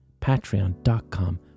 Patreon.com